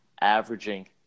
averaging